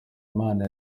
imana